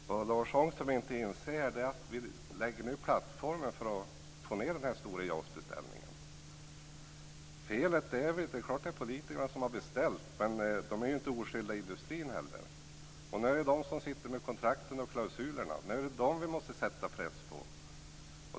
Fru talman! Lars Ångström tycks inte inse att vi nu lägger plattformen för att få ned den stora JAS beställningen. Apropå felet: Det är klart att det är politikerna som har beställt, men man är inte oskyldig i industrin heller. Nu är det industrin som sitter med kontrakten och klausulerna. Nu är det de vi måste sätta press på.